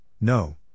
no